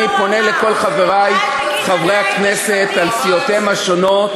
אל תגיד חצאי משפטים.